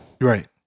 Right